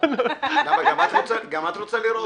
הבטיחות?